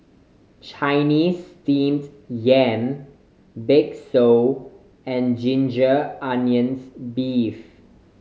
Chinese Steamed Yam bakso and ginger onions beef